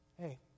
Hey